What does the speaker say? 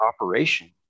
operation